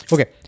Okay